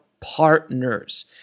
partners